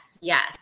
yes